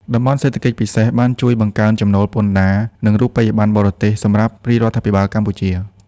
តំបន់សេដ្ឋកិច្ចពិសេសបានជួយបង្កើនចំណូលពន្ធដារ និងរូបិយបណ្ណបរទេសសម្រាប់រាជរដ្ឋាភិបាលកម្ពុជា។